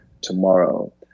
tomorrow